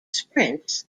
sprints